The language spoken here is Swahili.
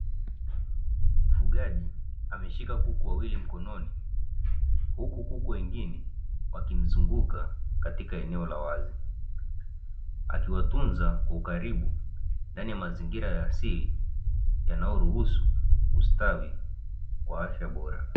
Mfugaji ameshika kuku wawili mkononi huku kuku wengine wakizunguka katika eneo la wazi, akiwatunza kwa ukaribu ndani ya mazingira ya asili yanayo ruhusu kustawi kwa afya bora.